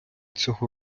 цього